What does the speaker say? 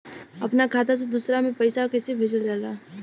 अपना खाता से दूसरा में पैसा कईसे भेजल जाला?